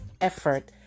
effort